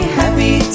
happy